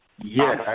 Yes